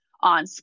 on